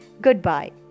Goodbye